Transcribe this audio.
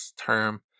term